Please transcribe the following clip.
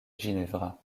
ginevra